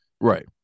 Right